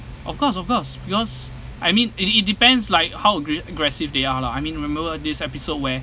of course of course because I mean it it depends like how aggre~ aggressive they are lah I mean remember this episode where